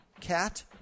cat